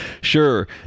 sure